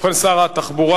ובכן, שר התחבורה,